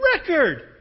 record